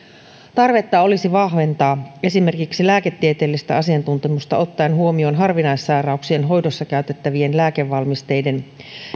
tarvetta olisi vahventaa esimerkiksi lääketieteellistä asiantuntemusta ottaen huomioon harvinaissairauksien hoidossa käytettävien lääkevalmisteiden